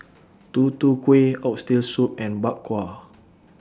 Tutu Kueh Oxtail Soup and Bak Kwa